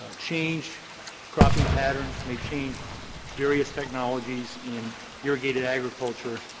ah change cropping patterns, may change various technologies in irrigated agriculture,